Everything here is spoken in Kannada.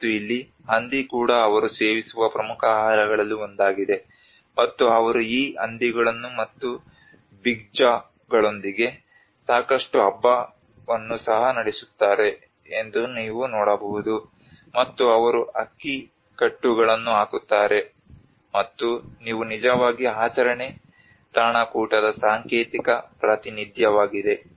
ಮತ್ತು ಇಲ್ಲಿ ಹಂದಿ ಕೂಡ ಅವರು ಸೇವಿಸುವ ಪ್ರಮುಖ ಆಹಾರಗಳಲ್ಲಿ ಒಂದಾಗಿದೆ ಮತ್ತು ಅವರು ಈ ಹಂದಿಗಳು ಮತ್ತು ಬಿಗ್ ಜಾಗಳೊಂದಿಗೆ ಸಾಕಷ್ಟು ಹಬ್ಬವನ್ನು ಸಹ ನಡೆಸುತ್ತಾರೆ ಎಂದು ನೀವು ನೋಡಬಹುದು ಮತ್ತು ಅವರು ಅಕ್ಕಿ ಕಟ್ಟುಗಳನ್ನು ಹಾಕುತ್ತಾರೆ ಮತ್ತು ಇವು ನಿಜವಾಗಿ ಆಚರಣೆ ತಣಕೂಟದ ಸಾಂಕೇತಿಕ ಪ್ರಾತಿನಿಧ್ಯವಾಗಿದೆ